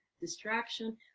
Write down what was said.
distraction